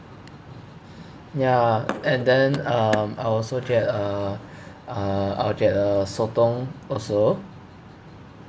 ya and then um I also get a uh I'll get a sotong also